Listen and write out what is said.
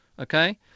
okay